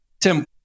tim